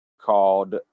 called